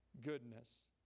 Goodness